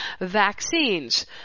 vaccines